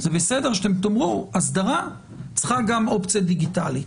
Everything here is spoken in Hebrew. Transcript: זה בסדר שתאמרו שאסדרה צריכה גם אופציה דיגיטלית.